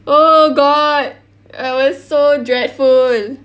oh god it was so dreadful